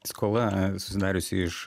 skola susidariusi iš